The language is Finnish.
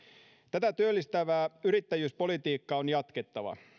tätä työllistävää yrittäjyyspolitiikkaa on jatkettava